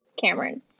Cameron